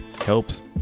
helps